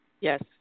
Yes